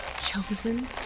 chosen